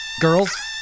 Girls